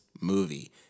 movie